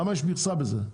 למה יש מכסה בזה?